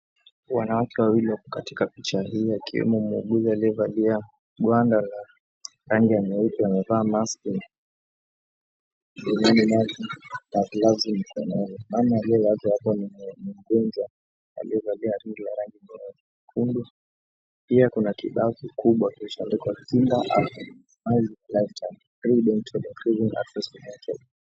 Wanawake wawili wapo katika picha hii akiwemo muuguzi aliyevalia gwanda la rangi ya nyeupe amevaa maski na glavu mkononi. Mama aliyelazwa kitandani ni mgonjwa aliyevaa nguo la rangi nyekundu. Pia kuna kibao kikubwa kimeandikwa, Kinga Africa, na Free Dental.